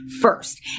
first